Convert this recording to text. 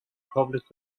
republic